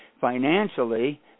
financially